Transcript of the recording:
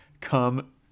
come